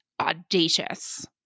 audacious